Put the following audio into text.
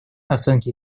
оценки